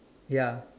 ya